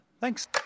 thanks